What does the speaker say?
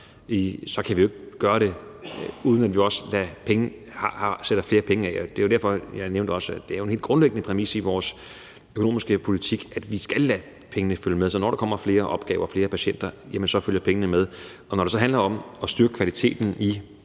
at vi kan gøre det, uden at vi også sætter flere penge af. Det var jo også derfor, jeg nævnte, at det er en helt grundlæggende præmis i vores økonomiske politik, at vi skal lade pengene følge med. Så når der kommer flere opgaver og flere patienter, følger pengene med, og når det så handler om at styrke kvaliteten i